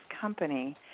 company